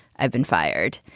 i've been fired.